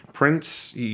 Prince